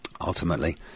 ultimately